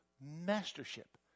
mastership